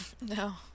No